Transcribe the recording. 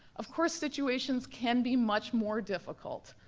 of course situations can be much more difficult.